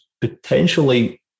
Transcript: potentially